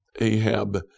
Ahab